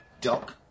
Doc